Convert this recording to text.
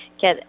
get